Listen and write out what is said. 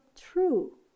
true